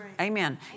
Amen